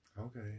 Okay